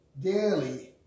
daily